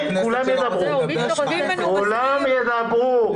כולם ידברו.